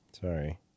Sorry